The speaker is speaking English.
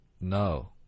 No